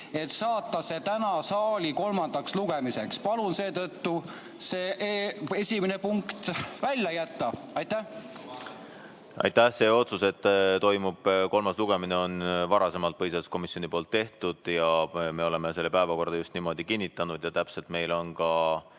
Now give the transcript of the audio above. et saata see tänaseks saali kolmandale lugemisele. Palun seetõttu see esimene punkt välja jätta! Aitäh! See otsus, et toimub kolmas lugemine, on varasemalt põhiseaduskomisjoni poolt tehtud ja me oleme selle päevakorda just niimoodi kinnitanud. Meil on ka